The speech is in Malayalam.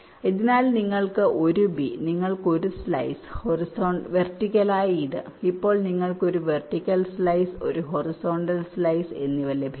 അതിനാൽ നിങ്ങൾക്ക് ഒരു ബി നിങ്ങൾക്ക് ഒരു സ്ലൈസ് വെർറ്റിക്കലായ ഇത് അപ്പോൾ നിങ്ങൾക്ക് ഇത് ഒരു വെർട്ടിക്കൽ സ്ലൈസ് ഒരു ഹൊറിസോണ്ടൽ സ്ലൈസ് എന്നിവ ലഭിക്കും